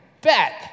bet